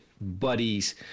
buddies